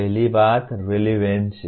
पहली बात रेलिवान्स है